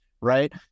right